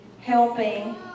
helping